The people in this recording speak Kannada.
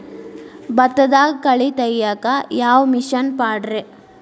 ಭತ್ತದಾಗ ಕಳೆ ತೆಗಿಯಾಕ ಯಾವ ಮಿಷನ್ ಪಾಡ್ರೇ?